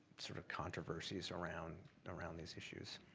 sort of controversies around around these issues.